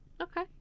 Okay